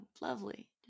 lovely